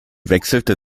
wechselte